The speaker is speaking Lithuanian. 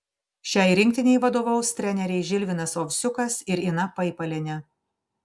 šiai rinktinei vadovaus treneriai žilvinas ovsiukas ir ina paipalienė